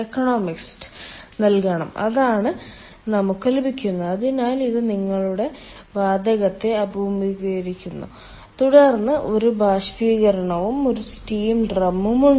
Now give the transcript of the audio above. അതിനാൽ ഇത് നിങ്ങളുടെ സൂപ്പർഹീറ്ററാണെന്ന് ഞങ്ങൾ കാണുകയാണെങ്കിൽ അത് ഇവിടെ ഉയർന്ന താപനിലയുള്ള വാതകത്തെ അഭിമുഖീകരിക്കുന്നു തുടർന്ന് ഒരു ബാഷ്പീകരണവും ഒരു സ്റ്റീം ഡ്രമ്മും ഉണ്ട്